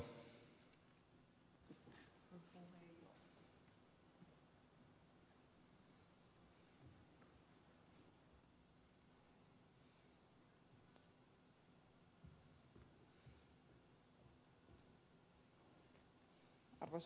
arvoisa puhemies